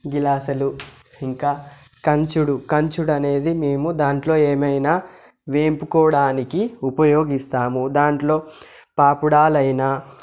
గ్లాసులు ఇంకా కంచుడు కంచుడు అనేది మేము దాంట్లో ఏమైనా వేపుకోవడానికి ఉపయోగిస్తాము దాంట్లో పాపుడాలు అయినా